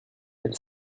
elle